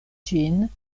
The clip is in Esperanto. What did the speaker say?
ĝin